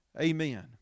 Amen